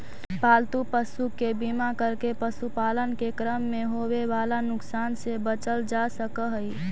पालतू पशु के बीमा करके पशुपालन के क्रम में होवे वाला नुकसान से बचल जा सकऽ हई